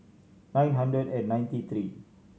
nine hundred and ninety three